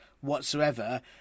whatsoever